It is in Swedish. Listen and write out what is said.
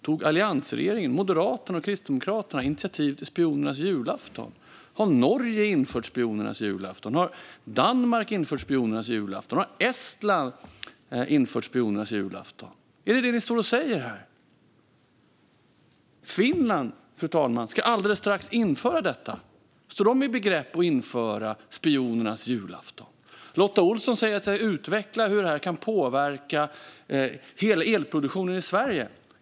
Tog alliansregeringen - Moderaterna och Kristdemokraterna - initiativ till spionernas julafton? Har Norge infört spionernas julafton? Har Danmark infört spionernas julafton? Har Estland infört spionernas julafton? Är det vad ni står och säger här? Finland, fru talman, ska alldeles strax införa detta. Står de i begrepp att införa spionernas julafton? Lotta Olsson säger att jag ska utveckla hur det här kan påverka hela elproduktionen i Sverige.